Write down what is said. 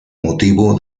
motivo